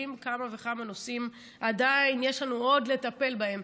כמה וכמה נושאים שעדיין יש לנו לטפל בהם,